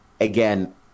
again